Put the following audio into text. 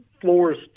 floors